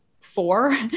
four